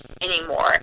anymore